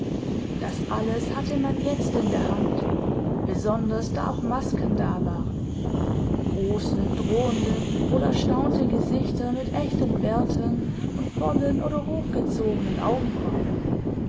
das alles hatte man jetzt in der hand besonders da auch masken da waren große drohende oder erstaunte gesichter mit echten bärten und vollen oder hochgezogenen augenbrauen